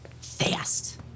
fast